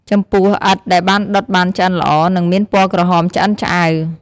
ចំពោះ ឥដ្ឋ ដែលដុតបានឆ្អិនល្អ នឹងមានពណ៌ក្រហមឆ្អិនឆ្អៅ។